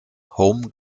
home